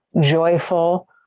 joyful